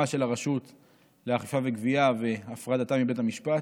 של הרשות לאכיפה וגבייה והפרדתה מבית המשפט.